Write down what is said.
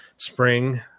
spring